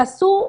תעשו,